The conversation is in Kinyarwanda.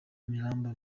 miranda